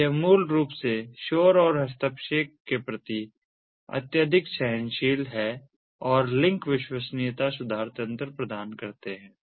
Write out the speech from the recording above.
तो ये मूल रूप से शोर और हस्तक्षेप के प्रति अत्यधिक सहनशील हैं और लिंक विश्वसनीयता सुधार तंत्र प्रदान करते हैं